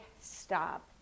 stop